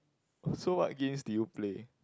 so what games do you play